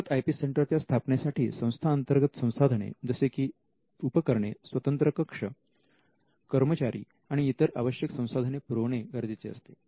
अंतर्गत I P centre च्या स्थापनेसाठी संस्थांतर्गत संसाधने जसे की उपकरणे स्वतंत्र कक्ष कर्मचारी आणि इतर आवश्यक संसाधने पुरविणे गरज असते